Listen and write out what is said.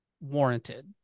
warranted